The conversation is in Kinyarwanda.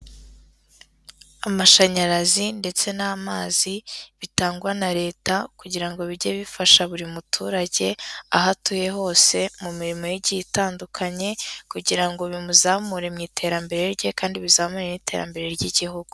Amashanyarazi ndetse n'amazi bitangwa na leta kugira ngo bijye bifasha buri muturage, aho atuye hose mu mirimo ye igiye itandukanye kugira ngo bimuzamure mu iterambere rye kandi bizamuye n'iterambere ry'igihugu.